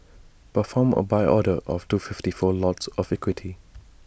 perform A buy order of two fifty four lots of equity